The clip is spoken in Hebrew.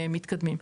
מתקדמים.